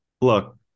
Look